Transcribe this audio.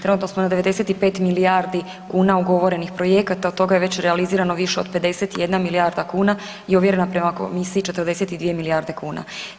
Trenutno smo na 95 milijardi kuna ugovorenih projekata, od toga je već realizirano više od 51 milijarde kuna i ovjereno prema Komisiji 42 milijarde kuna.